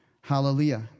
Hallelujah